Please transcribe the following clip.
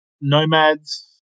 Nomads